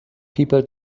people